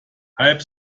halb